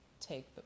take